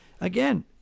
again